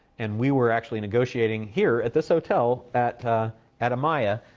and we were actually negotiating here at this hotel at at amaya,